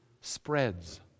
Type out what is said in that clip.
Spreads